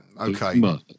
Okay